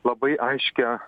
labai aiškia